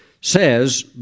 says